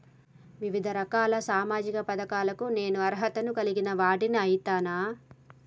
వివిధ రకాల సామాజిక పథకాలకు నేను అర్హత ను కలిగిన వాడిని అయితనా?